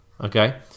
okay